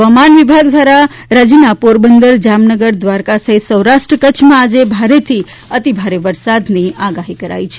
હવામાન વિભાગ દ્વારા રાજ્યના પોરબંદર જામનગર દ્વારકા સહિત સૌરાષ્ટ્ર કચ્છમાં આજે ભારેથી અતિભારે વરસાદની આગાહી કરાઈ છે